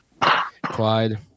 Clyde